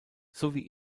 sowie